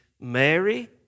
Mary